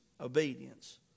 Obedience